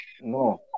no